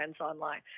online